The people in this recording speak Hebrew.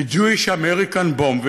the Jewish-American bomb.